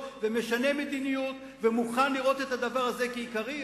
ומשנה מדיניות ומוכן לראות את הדבר הזה כעיקרי,